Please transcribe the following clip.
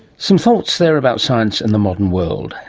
some thoughts there about science and the modern world.